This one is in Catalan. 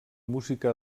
música